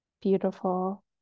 beautiful